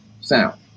sound